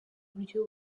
buryo